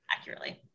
accurately